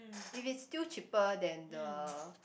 if it's still cheaper than the